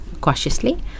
cautiously